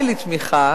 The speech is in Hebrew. לתמיכה